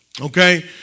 Okay